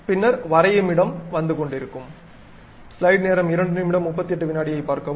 பின்னர் வரையும் இடம் வந்து கொண்டே இருக்கும்